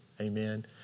Amen